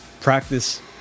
practice